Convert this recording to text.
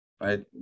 Right